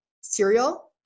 cereal